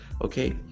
okay